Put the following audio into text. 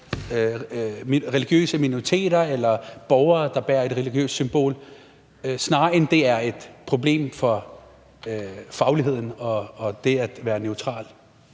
religiøse minoriteter eller borgere, der bærer et religiøst symbol, snarere end det er et problem for fagligheden og det at være neutral?